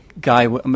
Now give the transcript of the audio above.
guy